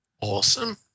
Awesome